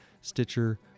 Stitcher